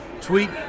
tweet